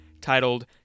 titled